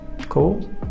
Cool